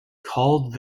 called